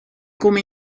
come